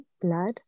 blood